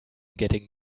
getting